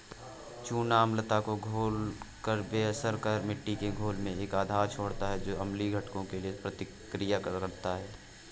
चूना अम्लता को घोलकर बेअसर कर मिट्टी के घोल में एक आधार छोड़ता है जो अम्लीय घटकों के साथ प्रतिक्रिया करता है